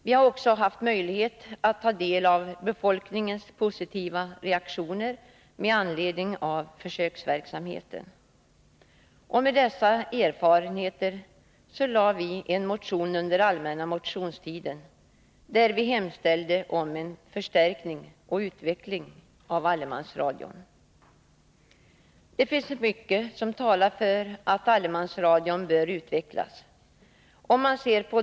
Vi har också haft möjlighet att ta del av befolkningens positiva reaktioner med anledning av försöksverksamheten. Med dessa erfarenheter väckte vi under allmänna motionstiden en motion där vi hemställde om en förstärkning och utveckling av allemansradion. Det finns mycket som talar för att allemansradion bör utvecklas.